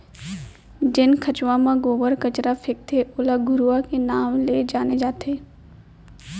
जेन खंचवा म गोबर कचरा फेकथे ओला घुरूवा के नांव ले जाने जाथे